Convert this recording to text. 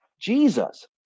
Jesus